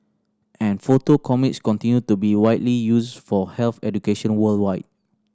and photo comics continue to be widely used for health education worldwide